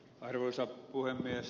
arvoisa puhemies